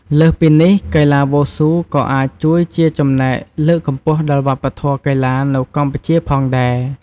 លើសពីនេះ កីឡាវ៉ូស៊ូក៏អាចជួយជាចំណែកលើកកម្ពស់ដល់វប្បធម៌កីឡានៅកម្ពុជាផងដែរ។